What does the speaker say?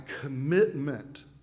commitment